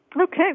Okay